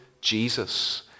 Jesus